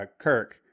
Kirk